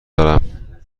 دارم